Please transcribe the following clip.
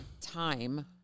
time